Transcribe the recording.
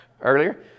earlier